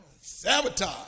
sabotage